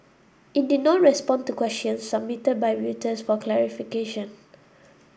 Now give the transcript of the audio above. it did not respond to questions submitted by Reuters for clarification